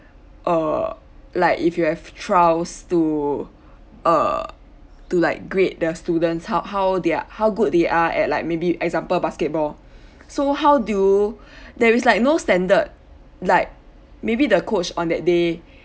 err like if you have trials to err to like grade the students ho~ how their how good they are at like maybe example basketball so how do you there is like no standard like maybe the coach on that day